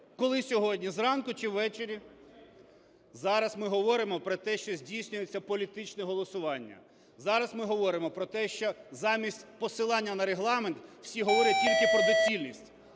Коли сьогодні? Зранку чи ввечері? Зараз ми говоримо про те, що здійснюється політичне голосування. Зараз ми говоримо про те, що замість посилання на Регламент, всі говорять тільки про доцільність.